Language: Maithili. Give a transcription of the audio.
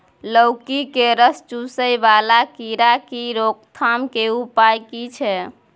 लौकी के रस चुसय वाला कीरा की रोकथाम के उपाय की छै?